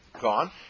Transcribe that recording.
gone